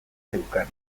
zeukan